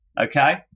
Okay